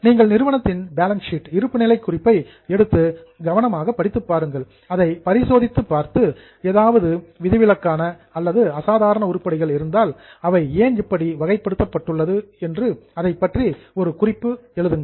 நீங்கள் நிறுவனத்தின் balance sheet இருப்புநிலை குறிப்பை எடுத்து கவனமாக படித்துப் பாருங்கள் அதை பரிசோதித்து பார்த்து ஏதாவது எக்சப்ஷனல் விதிவிலக்கான அல்லது எக்ஸ்ட்ராடினரி அசாதாரணமான உருப்படிகள் இருந்தால் அவை ஏன் இப்படி வகைப்படுத்தப்பட்டுள்ளது என்று அதைப் பற்றி ஒரு குறிப்பு எழுதுங்கள்